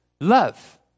love